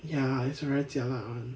ya it's very jialat [one]